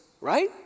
right